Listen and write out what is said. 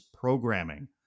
Programming